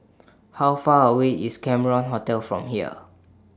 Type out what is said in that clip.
How Far away IS Cameron Hotel from here